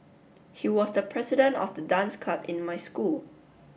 he was the president of the dance club in my school